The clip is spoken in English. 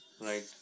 Right